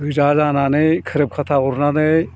गोजा जानानै खोरोब खाथा अरनानै